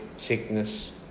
Sickness